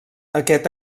aquest